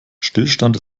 stillstand